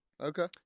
Okay